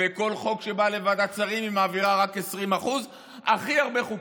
ומכל מה שבא לוועדת שרים היא מעבירה רק 20%. הכי הרבה חוקים.